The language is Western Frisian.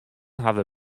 hawwe